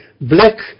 black